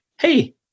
hey